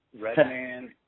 Redman